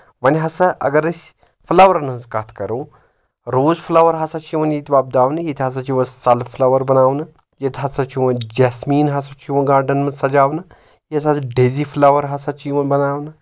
وۄنۍ ہسا اگر أسۍ فٕلاوَن ہٕنٛز کَتھ کَرو روز فٕلاوَر ہسا چھِ یِوان ییٚتہِ وۄپداونہٕ ییٚتہِ ہسا چھِ یِوان سن فٕلاوَر بَناونہٕ ییٚتہِ ہسا چھُ یِوان جسمیٖن ہسا چھُ یِوان گاڈنن منٛز سجاونہٕ ییٚتہِ ہسا ڈیزی فٕلاوَر ہسا چھِ یِوان بَناونہٕ